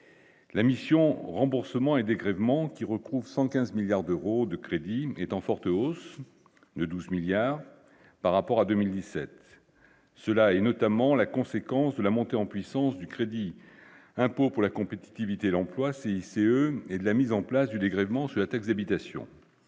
la mission remboursements et dégrèvements qui regroupe 115 milliards d'euros de crédit est en forte hausse ne 12 milliards par rapport à 2017, cela est notamment la conséquence de la montée en puissance du crédit impôt pour la compétitivité et l'emploi CICE et de la mise en place du dégrèvement Cellatex habitations